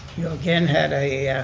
you again had a yeah